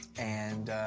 and,